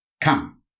Come